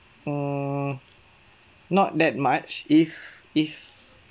mm not that much if if